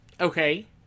Okay